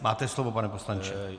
Máte slovo, pane poslanče.